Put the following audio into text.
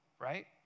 right